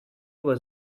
was